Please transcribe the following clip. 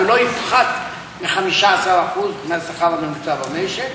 זה לא יפחת מ-15% מהשכר הממוצע במשק,